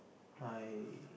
I